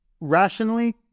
Rationally